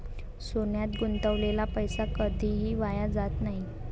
सोन्यात गुंतवलेला पैसा कधीही वाया जात नाही